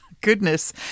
goodness